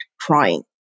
trying